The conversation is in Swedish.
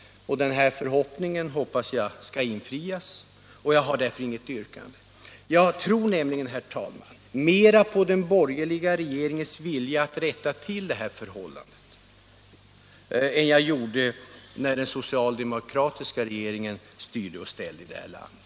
Denna min förhoppning hoppas jag skall infrias, och jag har därför inget yrkande. Jag tror nämligen, herr talman, att viljan att rätta till detta missförhållande är större nu när vi har en borgerlig regering än den var när den socialdemokratiska regeringen styrde och ställde i det här landet.